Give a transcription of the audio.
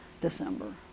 december